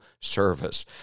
service